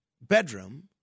bedroom